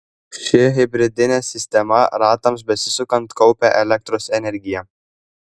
ši hibridinė sistema ratams besisukant kaupia elektros energiją